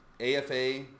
AFA